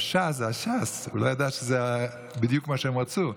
ש"ס זה הש"ס, הוא לא ידע שזה בדיוק מה שהם רצו.